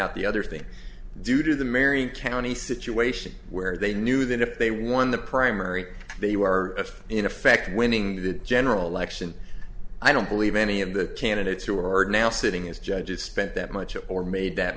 out the other thing due to the marion county situation where they knew that if they won the primary they were in effect winning the general election i don't believe any of the candidates who are now sitting as judge it spent that much or made that